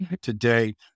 today